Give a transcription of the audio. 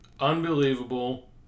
Unbelievable